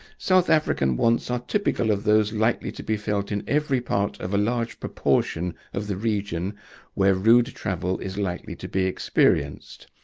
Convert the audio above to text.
south african wants are typical of those likely to be felt in every part of a large proportion of the region where rude travel is likely to be experienced,